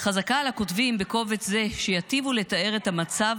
"חזקה על הכותבים בקובץ זה שיטיבו לתאר את המצב